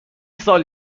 سال